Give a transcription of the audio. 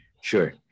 Sure